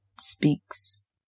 speaks